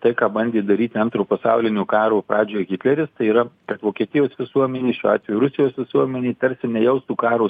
tai ką bandė daryti antro pasaulinio karo pradžioje hitleris tai yra kad vokietijos visuomenė šiuo atveju rusijos visuomenė tarsi nejaustų karo